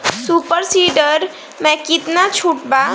Super seeder मै कितना छुट बा?